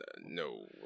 no